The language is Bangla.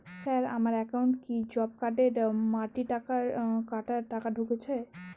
স্যার আমার একাউন্টে কি জব কার্ডের মাটি কাটার টাকা ঢুকেছে?